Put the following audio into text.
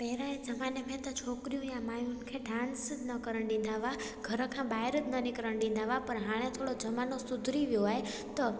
पहिरियां जे ज़माने में त छोकिरियूं या मायुनि खे डांस न करणु ॾींदा हुआ घर खां ॿाहिरि न निकिरणु ॾींदा हुआ पर हाणे थोरो ज़मानो सुधरी वियो आहे त